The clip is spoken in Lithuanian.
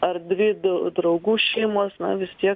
dvi du draugų šeimos na vis tiek